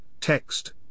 text